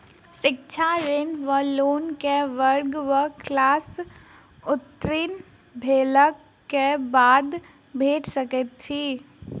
शिक्षा ऋण वा लोन केँ वर्ग वा क्लास उत्तीर्ण भेलाक बाद भेट सकैत छी?